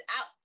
out